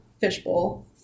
fishbowl